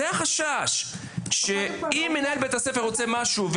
החשש הוא שאם מנהל בית הספר רוצה משהו,